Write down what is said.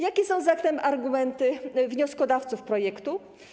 Jakie są zatem argumenty wnioskodawców projektu?